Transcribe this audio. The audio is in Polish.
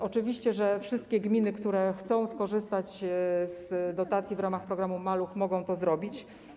Oczywiście wszystkie gminy, które chcą skorzystać z dotacji w ramach programu „Maluch”, mogą to zrobić.